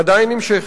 עדיין נמשכת.